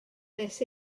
wnes